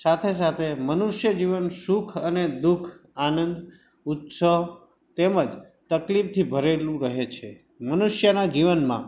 સાથે સાથે મનુષ્ય જીવન સુખ અને દુઃખ આનંદ ઉત્સવ તેમજ તકલીફથી ભરેલું રહે છે મનુષ્યનાં જીવનમાં